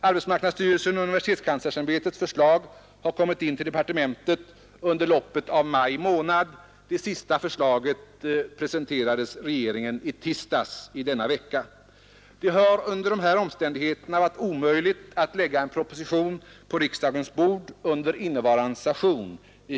Arbetsmarknadsstyrelsens och universitetskanslersämbetets förslag har kommit in till departementet under loppet av maj månad — det senaste förslaget presenterades regeringen i tisdags i denna vecka. Det har under dessa omständigheter varit omöjligt att lägga en proposition i hithörande frågor på riksdagens bord under innevarande session.